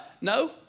no